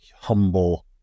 humble